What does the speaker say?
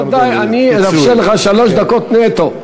ודאי, אני מאפשר לך שלוש דקות נטו.